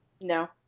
No